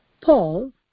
Paul